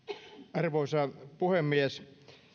arvoisa puhemies